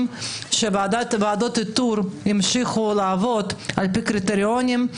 שוועדות איתור ימשיכו לעבוד על פי קריטריונים.